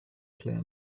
clear